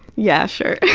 yeah, sure.